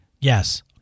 Yes